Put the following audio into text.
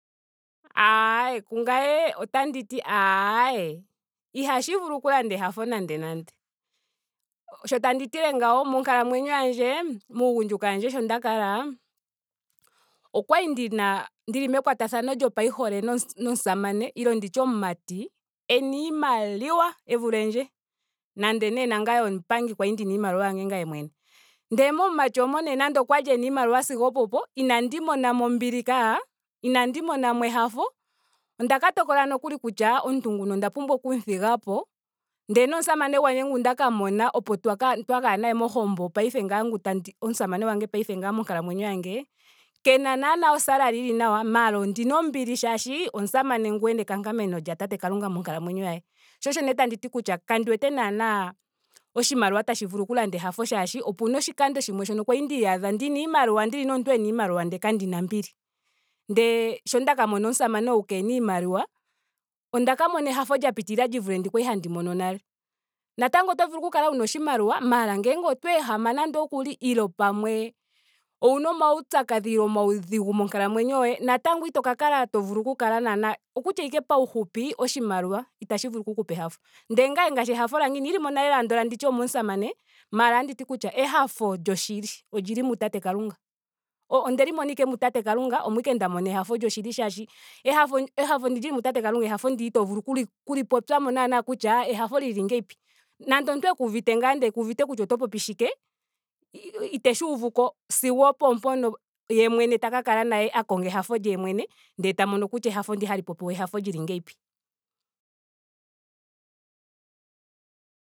Aaye kungame otanditi aaye ihashi vulu oku landa ehafo nande nande. Sho tandi tile ngawo. monkalamwenyo yandje muugundjuka wandje sho nda kala okwali ndina. ndili mekwatathano lyopaihole nomusamane nenge nditye omumati ena iimaliwa e vulendje. nando nee nangame omupangi kwali ndina iimaliwa yandje ngame mwene. Ndele momumati moka nande okwali ena iimaliwa sigo oompono. inandi monamo ombili kaa. Inandi mona mo ehafo. onda ka tokola nokuli kutya omuuntu nguka onda pumbwa oku mu thigapo. ndele nomusamane gwandje ngu ndaka mona opo twa kaya naye mohombo paife ngaa ngu tandi omusamane gwandje paife nga monkalamwenyo yandje kena naana o salary yili nawa. maara ondina ombili shaashi omusamane ngu ena ekankameno lya tate kalunga monkalamwenyo ye. Sho osho nee tandi ti kandi wete naana oshimaliwa tashi vulu oku landa ehafo shaashi opena oshikando shimwe shoka kwali ndiyadha ndina iimaliwa ndili nomuntu ena iimaliwa ndele kandina ombili. ndele sho ndaka mona omusamane ngu keena iimaliwa onda ka mona ehafo lya piitilila li vule ndi kwali handi mono nale. Natango oto vulu oku kala wuna oshimaliwa maara ngele oto ehama nando okuli. nenge pamwe owuna omaupyakadhi ile omaudhigu monkalamwenyo yoye. natango ito ka kala to vulu oku kala naana. okutya ashike paufupi. oshimaliwa itsahi vulu shi ku pe ehafo. Ndele ngaashi ehafo lyandje inandi li mona lela ngeno ndi tye omomusamane. maara otanditi kutya ehafo lyoshili olili mu tate kalunga. O ondeli mona ashike mu tat kalunga omo ashike nda mona ehafo lyoshili shaashi ehaf ehafo ndi lili mu tate kalunga ehafao ndi itoo vulu oku li popya mo naana kutya ehafo lili ngiini. Nenge omuntu ekuuvite ngaa ndele kuuvite kutya oto popi shike. iteshi uvuko sigo opo mpono ye mwene ta ka kala naye a konga ehafo lye yemwene. ndele ta mono kutya ehafo ndi hali popiwa ehafo lili ngiini